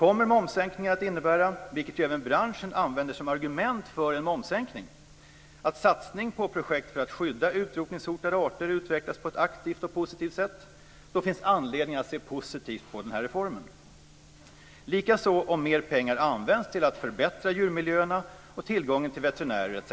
Om momssänkningen kommer att innebära att satsningar på projekt för att skydda utrotningshotade arter utvecklas på att aktivt och positivt sätt, vilket även branschen använder som argument för en momssänkning, finns anledning att se positivt på den här reformen. Likaså om mer pengar används till att förbättra djurmiljöer, tillgången till veterinärer etc.